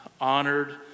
honored